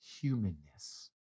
humanness